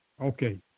Okay